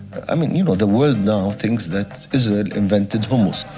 i mean, you know, the world now thinks that israel invented hummus.